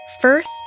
First